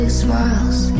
smiles